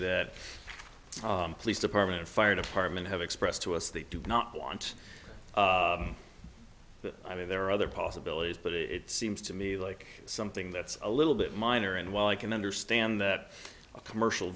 that police department fire department have expressed to us they do not want that i mean there are other possibilities but it seems to me like something that's a little bit minor and while i can understand that a commercial